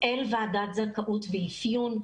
אל ועדת זכאות באפיון.